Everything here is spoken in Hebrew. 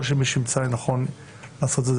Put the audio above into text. שמישהו ימצא לנכון לעשות את זה,